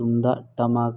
ᱛᱩᱢᱫᱟᱜᱼᱴᱟᱢᱟᱠ